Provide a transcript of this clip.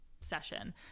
session